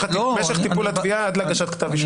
משך טיפול התביעה עד להגשת כתב אישום.